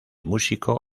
músico